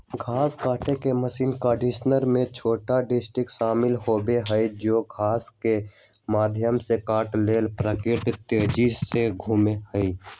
घास काटे के मशीन कंडीशनर में छोटे डिस्क शामिल होबा हई जो घास के माध्यम से काटे ला पर्याप्त तेजी से घूमा हई